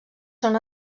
són